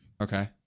Okay